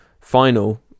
final